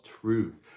truth